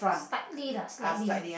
slightly lah slightly